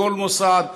כל מוסד,